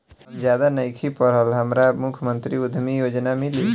हम ज्यादा नइखिल पढ़ल हमरा मुख्यमंत्री उद्यमी योजना मिली?